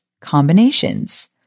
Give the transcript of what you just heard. combinations